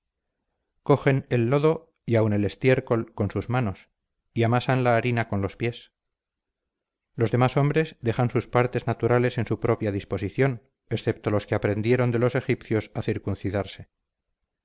cogen el lodo y aun el estiércol con sus manos y amasan la harina con los pies los demás hombres dejan sus partes naturales en su propia disposición excepto los que aprendieron de los egipcios a circuncidarse